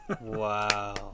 Wow